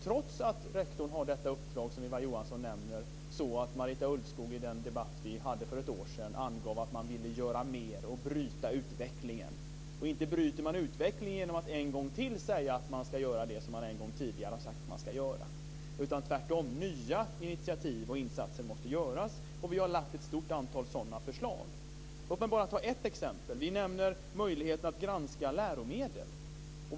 Trots att rektor har detta uppdrag, som Eva Johansson nämner, så angav Marita Ulvskog i en debatt som vi förde för ett år sedan att man ville göra mer och bryta utvecklingen. Och inte bryter man utvecklingen genom att en gång till säga att man ska göra det som man en gång tidigare har sagt att man ska göra! Tvärtom måste nya initiativ tas och nya insatser göras. Vi har lagt fram ett stort antal sådana förslag. Låt mig ta ett exempel. Vi nämner möjligheten att granska läromedel.